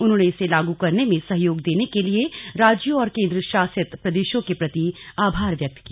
उन्होंने इसे लागू करने में सहयोग देने के लिए राज्यों और केन्द्र शासित प्रदेशों के प्रति आभार व्यक्त किया